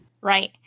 right